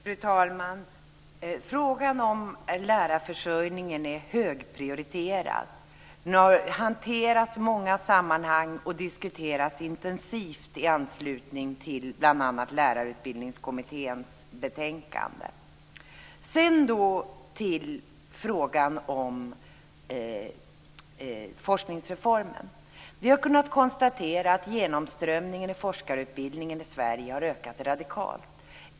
Fru talman! Frågan om lärarförsörjningen är högprioriterad. Den har hanterats i många sammanhang och har diskuterats intensivt i anslutning till bl.a. Sedan ska jag gå över till frågan om forskningsreformen. Vi har kunnat konstatera att genomströmningen i forskarutbildningen i Sverige har ökat radikalt.